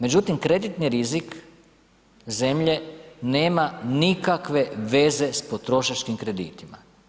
Međutim, kreditni rizik zemlje nema nikakve veze s potrošačkim kreditima.